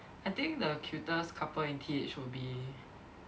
I think the cutest couple in T_H will be